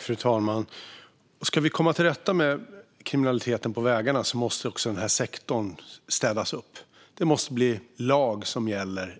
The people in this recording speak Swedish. Fru talman! Om vi ska komma till rätta med kriminaliteten på vägarna måste den här sektorn städas upp. Det måste bli lag som gäller